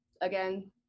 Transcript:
again